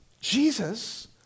Jesus